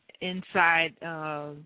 inside